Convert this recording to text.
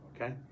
okay